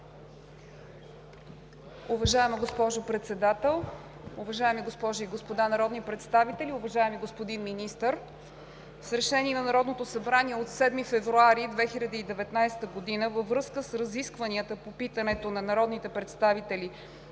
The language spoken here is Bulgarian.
Уважаема госпожо Председател, уважаеми госпожи и господа народни представители, уважаеми господин Министър! С решение на Народното събрание от 7 февруари 2019 г. във връзка с разискванията по питането на народните представители